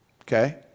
Okay